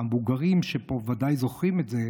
המבוגרים שפה ודאי זוכרים את זה,